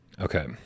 Okay